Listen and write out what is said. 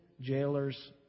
jailer's